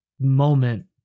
moment